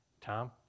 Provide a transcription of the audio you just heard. Tom